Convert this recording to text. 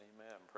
Amen